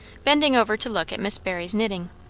bending over to look at miss barry's knitting.